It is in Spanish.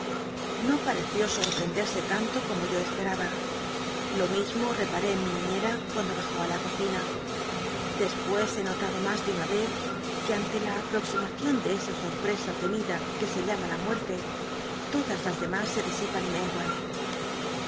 no pal'cció sorprenderse tanto como yo esperaba lo mismo repal'é en mi niñel'a cuando bajó i la cocina dcspucs he notado mas de una rcz que ante la aproximacion de esa sorprcsa temida que se llama la muel'te todas las dcmas se disipan y menguan